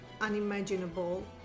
unimaginable